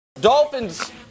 Dolphins